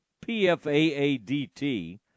P-F-A-A-D-T